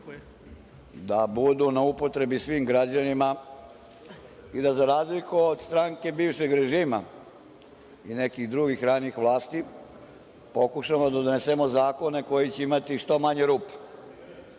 da budu na upotrebi svim građanima i da za razliku od stranke bivšeg režima i nekih drugih ranijih vlasti, pokušamo da donesemo zakone koji će imati što manje rupa.